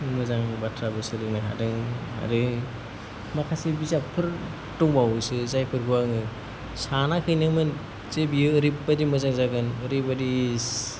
मोजांनि बाथ्राबो सोलोंनो हादों आरो माखासे बिजाबफोर दंबावोसो जायफोरखौ आङो सानाखैनोमोन जे बियो ओरैबायदि मोजां जागोन ओरैबायदि